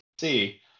see